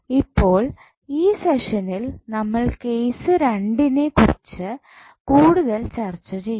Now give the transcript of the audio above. ഇപ്പോൾ ഈ സെഷനിൽ നമ്മൾ കേസ് 2 നെ കുറിച്ച് കൂടുതൽ ചർച്ച ചെയ്യും